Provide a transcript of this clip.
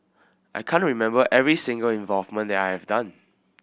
I can't remember every single involvement that I have done